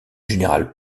général